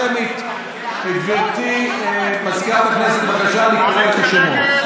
קראתי אותך לסדר פעם ראשונה.